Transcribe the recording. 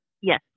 Yes